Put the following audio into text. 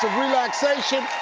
relaxation,